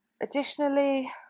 additionally